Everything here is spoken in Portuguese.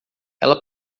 ela